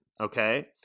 okay